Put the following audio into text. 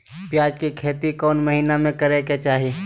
प्याज के खेती कौन महीना में करेके चाही?